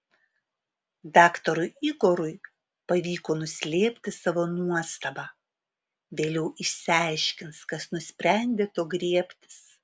daktarui igorui pavyko nuslėpti savo nuostabą vėliau išsiaiškins kas nusprendė to griebtis